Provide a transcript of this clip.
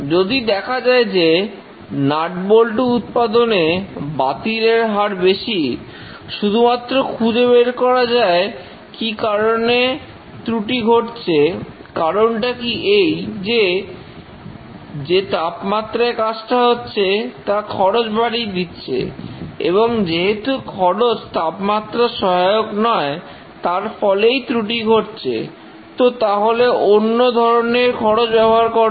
যদি দেখা যায় যে নাট বল্টু উৎপাদনে বাতিলের হার বেশি শুধুমাত্র খুঁজে বের করা যায় কি কারণে ত্রুটি ঘটছে কারণটা কি এই যে যে তাপমাত্রায় কাজটা হচ্ছে তা খরচ বাড়িয়ে দিচ্ছে এবং যেহেতু খরচ তাপমাত্রার সহায়ক নয় তার ফলেই ত্রুটি ঘটছে তো তাহলে অন্য ধরনের খরচ ব্যবহার করো